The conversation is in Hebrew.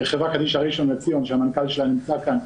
חברת קדישא ראשון לציון, שהמנכ"ל שלה נמצא כאן,